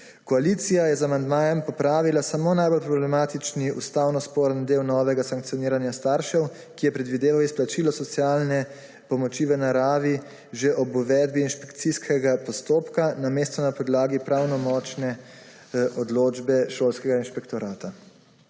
Koalicija je z amandmajem popravila samo najbolj problematični ustavno sporen del novega sankcioniranja staršev, ki je 39. TRAK (VI) 13.10 (Nadaljevanje) predvideval izplačilo socialne pomoči v naravi že ob uvedbi inšpekcijskega postopka, namesto na podlagi pravnomočne odločbe šolskega inšpektorata.